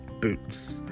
Boots